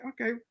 Okay